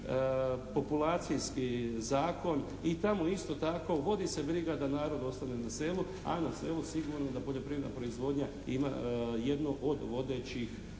populacijski zakon i tamo isto tako vodi se briga da narod ostane na selu a na selu sigurno da poljoprivredna proizvodnju ima jednu od vodećih